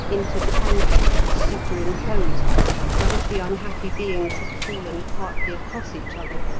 intertangled and superimposed as if the unhappy beings had fallen partly across each other,